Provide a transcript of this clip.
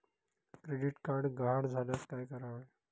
Credit card गहाळ झाल्यास काय करावे?